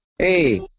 Hey